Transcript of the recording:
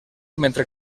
mentre